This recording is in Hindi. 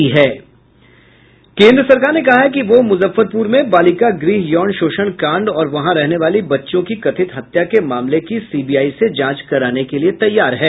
केन्द्र सरकार ने कहा है कि वह मूजफ्फरपूर में बालिका गृह यौन शोषण कांड और वहां रहने वाली बच्चियों की कथित हत्या के मामले की सीबीआई से जांच कराने को तैयार है